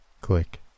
click